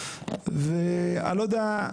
ואני לא יודע,